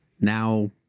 now